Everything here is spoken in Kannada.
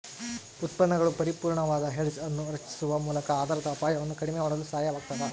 ಉತ್ಪನ್ನಗಳು ಪರಿಪೂರ್ಣವಾದ ಹೆಡ್ಜ್ ಅನ್ನು ರಚಿಸುವ ಮೂಲಕ ಆಧಾರದ ಅಪಾಯವನ್ನು ಕಡಿಮೆ ಮಾಡಲು ಸಹಾಯವಾಗತದ